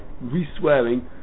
re-swearing